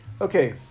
Okay